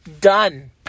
Done